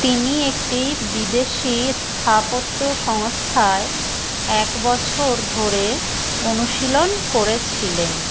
তিনি একটি বিদেশী স্থাপত্য সংস্থায় এক বছর ধরে অনুশীলন করেছিলেন